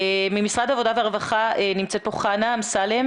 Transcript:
ממשרד העבודה והרווחה נמצאת פה חנה אמסלם,